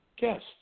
guest